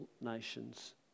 nations